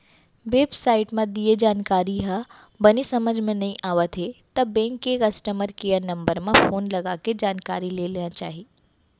babe site म दिये जानकारी ह बने समझ म नइ आवत हे त बेंक के कस्टमर केयर नंबर म फोन लगाके जानकारी ले लेना चाही